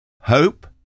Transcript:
hope